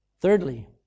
Thirdly